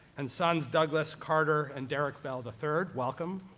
and sons, douglas, carter, and derrick bell the third, welcome.